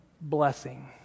blessing